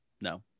No